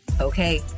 Okay